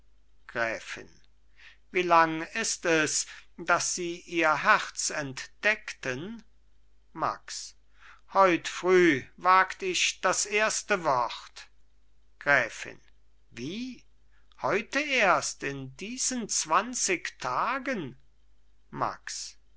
gräfin wie lang ist es daß sie ihr herz entdeckten max heut früh wagt ich das erste wort gräfin wie heute erst in diesen zwanzig tagen max